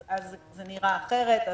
אז זה נראה אחרת.